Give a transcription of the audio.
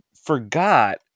forgot